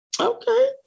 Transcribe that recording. Okay